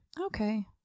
Okay